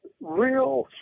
real